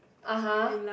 (uh huh)